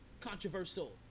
controversial